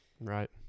Right